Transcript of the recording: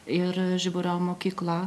ir žiburio mokykla